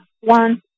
one